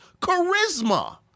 charisma